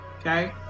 okay